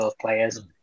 players